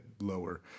lower